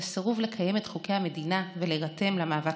לסירוב לקיים את חוקי המדינה ולהירתם למאבק